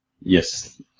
Yes